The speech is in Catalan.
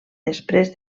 després